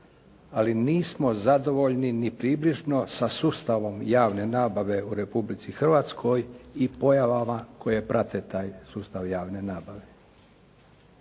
ali nismo zadovoljni ni približno sa sustavom javne nabave u Republici Hrvatskoj i pojavama koje prate taj sustav javne nabave.